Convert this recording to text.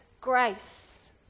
grace